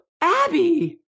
Abby